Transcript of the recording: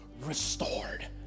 restored